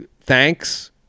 thanks